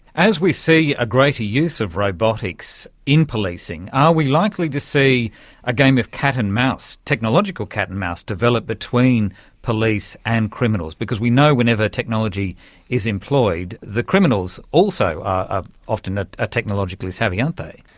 as we see a greater use of robotics in policing, are we likely to see a game of cat and mouse, technological cat and mouse, develop between police and criminals? because we know whenever technology is employed, the criminals also are ah often ah technologically technologically savvy, aren't they.